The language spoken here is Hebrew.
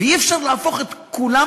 ואי-אפשר להפוך את כולם